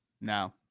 No